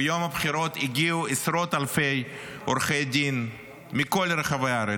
ביום הבחירות הגיעו עשרות אלפי עורכי דין מכל רחבי הארץ,